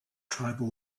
tribal